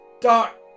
dark